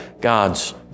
God's